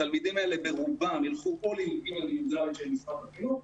התלמידים האלה ברובם יילכו או --- של משרד החינוך,